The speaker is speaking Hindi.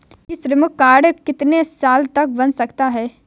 ई श्रम कार्ड कितने साल तक बन सकता है?